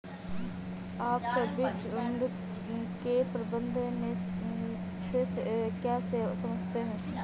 आप सभी झुंड के प्रबंधन से क्या समझते हैं?